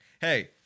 Hey